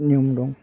नियम दं